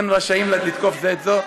אתם רשאים לתקוף זה את זו.